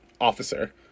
Officer